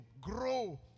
grow